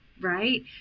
Right